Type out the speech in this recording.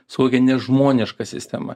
su kokia nežmoniška sistema